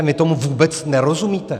Vy tomu vůbec nerozumíte.